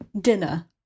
dinner